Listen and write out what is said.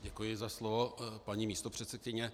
Děkuji za slovo, paní místopředsedkyně.